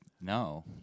No